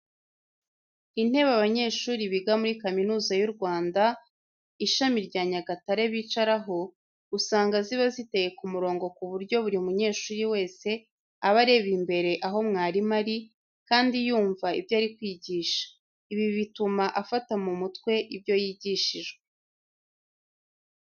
Intebe abanyeshuri biga muri Kaminuza y'u Rwanda, ishami rya Nyagatare bicaraho, usanga ziba ziteye ku murongo ku buryo buri munyeshuri wese aba areba imbere aho mwarimu ari, kandi yumva ibyo ari kwigisha. Ibi bituma afata mu mutwe ibyo yigishijwe.